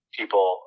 people